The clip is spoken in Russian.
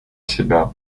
себя